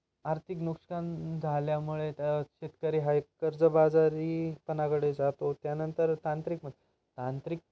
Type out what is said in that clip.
आर्थिक नुकसान झाल्यामुळे त्या शेतकरी हा एक कर्जबाजारीपणाकडे जातो त्यानंतर तांत्रिक म तांत्रिक